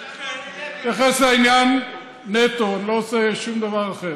אני מתייחס לעניין נטו, לא עושה שום דבר אחר.